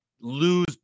lose